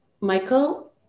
Michael